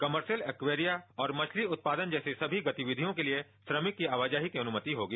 commercial aquaria और मछली उत्पादन जैसी सभी गतिविधियों के लिए श्रमिक की आवाजाही की अनुमति होगी